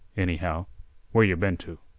anyhow where yeh been to.